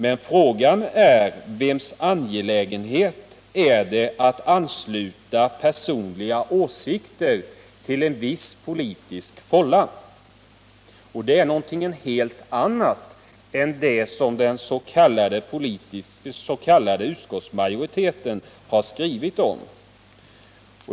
Men vems angelägenhet är det att ansluta personliga åsikter till en viss politisk fålla? Den frågan gäller något helt annat än det som den s.k. utskottsmajoriteten har skrivit om.